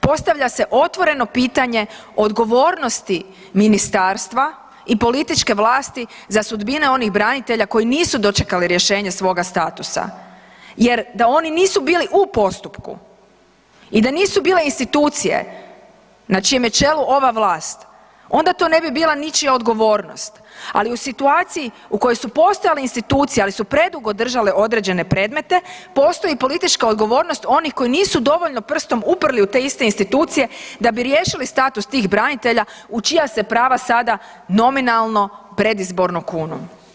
Postavlja se otvoreno pitanje odgovornosti ministarstva i političke vlasti za sudbine onih branitelja koji nisu dočekali rješenje svoga statusa jer da oni nisu bili u postupku i da nisu bile institucije na čijem je čelu ova vlast onda to ne bi bila ničija odgovornost, ali u situaciji u kojoj su postojale institucije, ali su predugo držale određene predmete postoji politička odgovornost onih koji nisu dovoljno prstom uprli u te iste institucije da bi riješili status tih branitelja u čija se prava sada nominalno predizborno kunu.